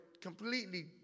completely